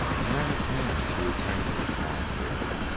and ran his hand through a tangle of blond hair,